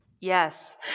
Yes